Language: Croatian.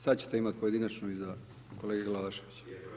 Sada ćete imati pojedinačno iza kolege Glavašević.